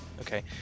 okay